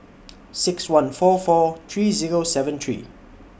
six one four four three Zero seven three